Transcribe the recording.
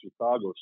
Chicago